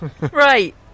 Right